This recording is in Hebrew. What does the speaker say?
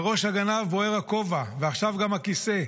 על ראש הגנב בוער הכובע, ועכשיו גם הכיסא.